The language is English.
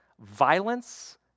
violence